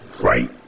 right